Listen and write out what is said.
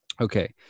Okay